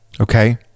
okay